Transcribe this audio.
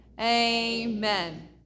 Amen